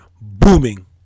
booming